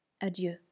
Adieu